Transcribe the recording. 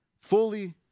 fully